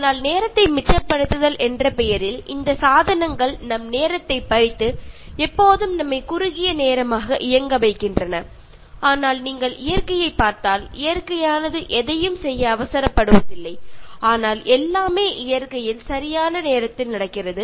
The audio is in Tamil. ஆனால் நேரத்தை மிச்சப்படுத்துதல் என்ற பெயரில் இந்த சாதனங்கள் நம் நேரத்தை பறித்து எப்போதும் நம்மை குறுகிய நேரமாக இயங்க வைக்கின்றன ஆனால் நீங்கள் இயற்கையைப் பார்த்தால் இயற்கையானது எதையும் செய்ய அவசரப்படுவதில்லை ஆனால் எல்லாமே இயற்கையில் சரியான நேரத்தில் நடக்கிறது